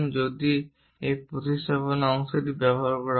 যদি একটি প্রতিস্থাপন অংশ ব্যবহার করা হয়